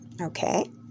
okay